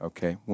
Okay